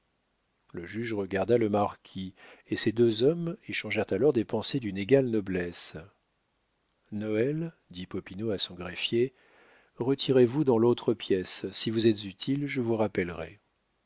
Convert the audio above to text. le juge regarda le marquis et ces deux hommes échangèrent alors des pensées d'une égale noblesse noël dit popinot à son greffier retirez-vous dans l'autre pièce si vous êtes utile je vous rappellerai